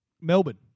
Melbourne